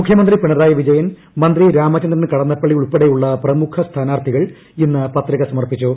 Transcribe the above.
മുഖ്യ മന്ത്രി പിണറായി വിജയൻ മന്ത്രി രാമചന്ദ്രൻ കടന്നപ്പള്ളി ഉൾപ്പെടെയുള്ള പ്രമുഖ സ്ഥാനാർത്ഥികൾ ഇന്ന് പത്രിക സമർപ്പിച്ചു